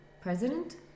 president